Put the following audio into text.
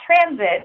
Transit